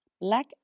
Black